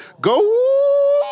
Go